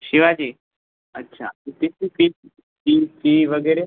शिवाजी अच्छा त्याची fee fee fee वगैरे